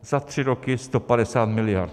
Za tři roky 150 miliard.